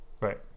Right